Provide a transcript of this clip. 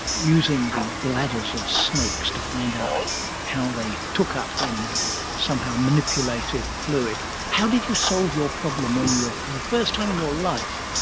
using the bladders of snakes to find out how they took up and somehow manipulated fluid. how did you solve your problem when you were, for the first time in your life,